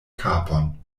kapon